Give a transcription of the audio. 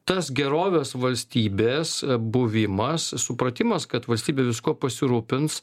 tas gerovės valstybės buvimas supratimas kad valstybė viskuo pasirūpins